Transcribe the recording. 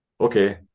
okay